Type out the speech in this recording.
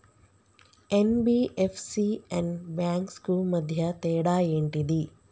NBFC and banks కు మధ్య తేడా ఏంటిది?